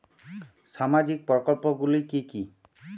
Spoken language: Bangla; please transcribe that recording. সামাজিক প্রকল্পগুলি কি কি?